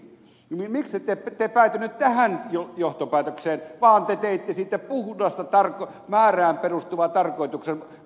niin miksi te ette päätynyt tähän johtopäätökseen vaan te teitte siitä puhdasta määrään perustuvaa tarkoituksenmukaisuuskäyttäytymistä